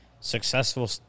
successful